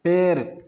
पेड़